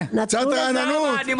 הוקמה